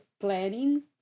planning